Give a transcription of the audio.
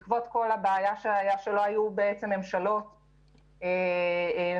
בעקבות הבעיה שלא היו ממשלות מתפקדות,